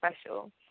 special